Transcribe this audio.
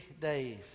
days